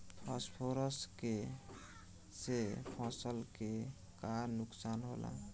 Phosphorus के से फसल के का नुकसान होला?